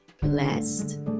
blessed